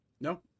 No